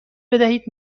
بدهید